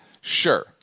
Sure